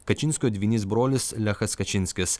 kačinskio dvynys brolis lechas kačinskis